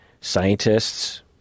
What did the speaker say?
scientists